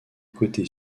côté